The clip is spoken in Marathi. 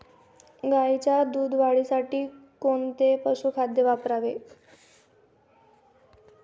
गाईच्या दूध वाढीसाठी कोणते पशुखाद्य वापरावे?